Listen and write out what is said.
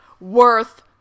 worth